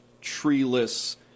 treeless